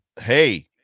Hey